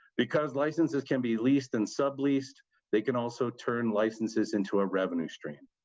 because licenses can be leased and subleased they can also turn licenses into a revenue stream.